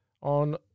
on